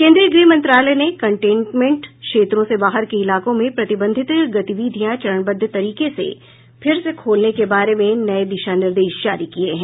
केंद्रीय गृह मंत्रालय ने कंटेनमेंट क्षेत्रों से बाहर के इलाकों में प्रतिबंधित गतिविधियां चरणबद्ध तरीके से फिर खोलने के बारे में नए दिशा निर्देश जारी किए हैं